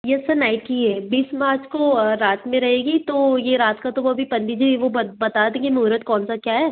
yes sir night की है बीस मार्च को रात में रहेगी तो ये रात का तो वो अभी पंडित जी वो बता देंगे मुहूर्त कौन सा क्या है